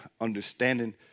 understanding